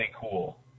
cool